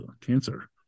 Cancer